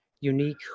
unique